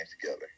together